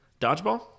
dodgeball